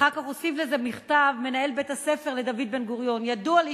אחר כך הוסיף לכך במכתב מנהל בית-הספר לדוד בן-גוריון: ידוע לי